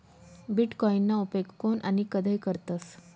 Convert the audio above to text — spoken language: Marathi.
बीटकॉईनना उपेग कोन आणि कधय करतस